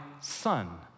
son